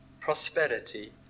prosperity